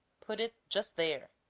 put it just there.